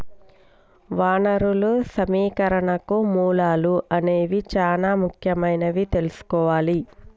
వనరులు సమీకరణకు మూలాలు అనేవి చానా ముఖ్యమైనవని తెల్సుకోవాలి